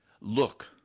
Look